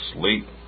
sleep